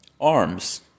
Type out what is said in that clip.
arms